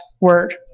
word